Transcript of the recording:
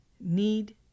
need